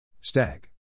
Stag